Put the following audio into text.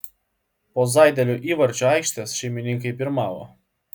po zaidelio įvarčio aikštės šeimininkai pirmavo